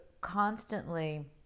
constantly